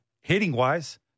hitting-wise